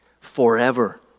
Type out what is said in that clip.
Forever